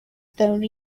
though